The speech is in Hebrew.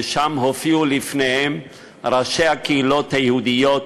והופיעו שם ראשי הקהילות היהודיות